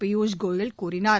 பியூஷ் கோயல் கூறினார்